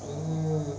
oh